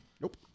Nope